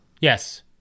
Yes